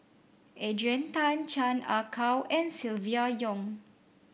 Adrian Tan Chan Ah Kow and Silvia Yong